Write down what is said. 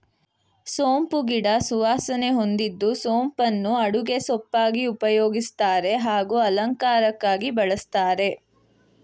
ಸೋಂಪು ಗಿಡ ಸುವಾಸನೆ ಹೊಂದಿದ್ದು ಸೋಂಪನ್ನು ಅಡುಗೆ ಸೊಪ್ಪಾಗಿ ಉಪಯೋಗಿಸ್ತಾರೆ ಹಾಗೂ ಅಲಂಕಾರಕ್ಕಾಗಿ ಬಳಸ್ತಾರೆ